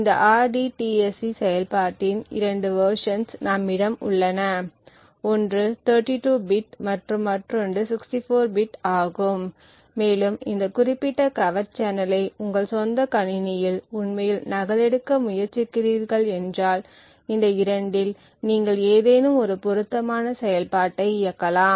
இந்த rdtsc செயல்பாட்டின் 2 versions நம்மிடம் உள்ளன ஒன்று 32 பிட் மற்றும் மற்றொன்று 64 பிட் ஆகும் மேலும் இந்த குறிப்பிட்ட கவர்ட் சேனலை உங்கள் சொந்த கணினியில் உண்மையில் நகலெடுக்க முயற்சிக்கிறீர்கள் என்றால் இந்த 2 இல் நீங்கள் ஏதேனும் ஒரு பொருத்தமான செயல்பாட்டை இயக்கலாம்